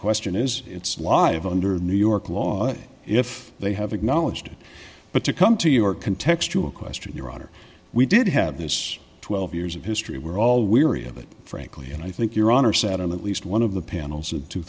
question is it's live under the new york law if they have acknowledged it but to come to your contextual question your honor we did have this twelve years of history we're all weary of it frankly and i think your honor sat on at least one of the panels of two